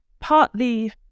partly